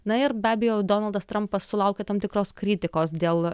na ir be abejo donaldas trampas sulaukė tam tikros kritikos dėl